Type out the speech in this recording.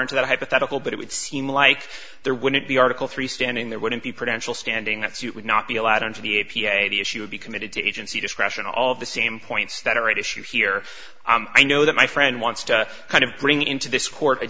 into that hypothetical but it would seem like there wouldn't be article three standing there wouldn't be pretentious standing that you would not be allowed into the a p a the issue would be committed to agency discretion all of the same points that are at issue here i know that my friend wants to kind of bring into this court a